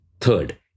Third